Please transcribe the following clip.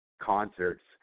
concerts